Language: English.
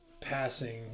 passing